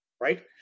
right